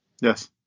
Yes